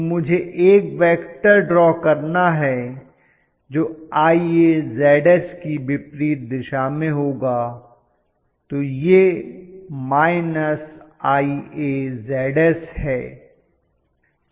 तो मुझे एक वेक्टर ड्रॉ करना है जो IaZs की विपरीत दिशा में होगा तो यह IaZs है